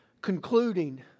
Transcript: concluding